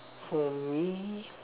for me